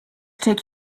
take